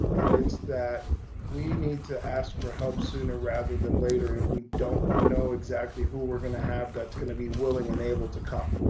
and it's that we need to ask for help sooner, rather than later, if we don't know exactly who we're gonna have, that's gonna be willing and able to come.